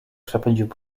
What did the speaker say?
przepędził